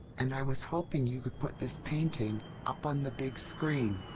and i was hoping you could put this painting up on the big screen.